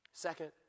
Second